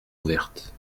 ouverte